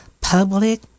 public